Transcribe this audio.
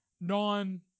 non